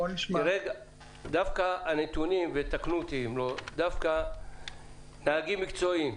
דווקא הנתונים, ויתקנו אותי, נהגים מקצועיים,